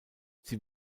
sie